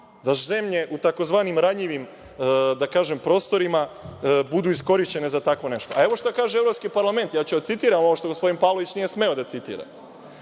da zemlje u tzv. ranjivim prostorima budu iskorišćene za tako nešto? Evo šta kaže Evropski parlament, ja ću da citiram ovo što gospodin Pavlović nije smeo da citira.